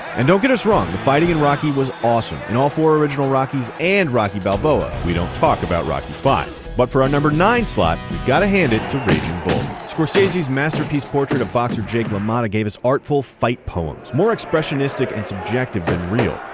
and don't get us wrong, the fighting in rocky was awesome, in all four original rocky's and rocky balboa. we don't talk about rocky v. but for our number nine slot, we got to hand it to raging bull. scorsese's masterpiece portrait of boxer jake lamotta gave us artful fight poems, more expressionistic and subjective than real.